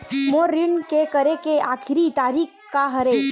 मोर ऋण के करे के आखिरी तारीक का हरे?